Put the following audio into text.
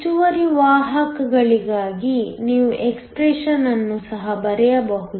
ಹೆಚ್ಚುವರಿ ವಾಹಕಗಳಿಗಾಗಿ ನೀವು ಎಕ್ಸ್ಪ್ರೆಶನ್ ಅನ್ನು ಸಹ ಬರೆಯಬಹುದು